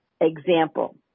example